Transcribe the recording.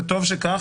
וטוב שכך,